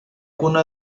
cuna